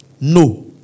No